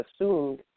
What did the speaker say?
assumed